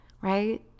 right